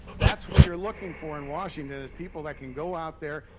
that's what you're looking for in washington, is people that can go out there,